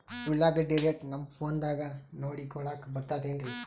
ಉಳ್ಳಾಗಡ್ಡಿ ರೇಟ್ ನಮ್ ಫೋನದಾಗ ನೋಡಕೊಲಿಕ ಬರತದೆನ್ರಿ?